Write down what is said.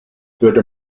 würde